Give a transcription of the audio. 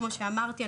כמו שאמרתי,